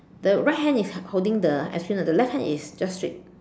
the right hand is holding the ice cream the left hand is just straight